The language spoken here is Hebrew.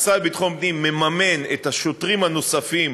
המשרד לביטחון פנים מממן את השוטרים הנוספים